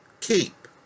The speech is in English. keep